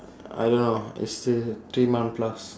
I don't know it's still three month plus